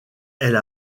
elle